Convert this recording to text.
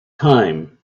time